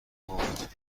نگفت